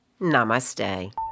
namaste